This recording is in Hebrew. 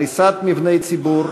הריסת מבני ציבור,